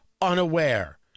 unaware